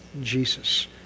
Jesus